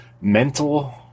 mental